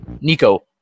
Nico